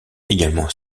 également